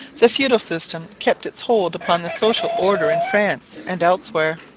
the feudal system kept its hold upon the social order in france and elsewhere.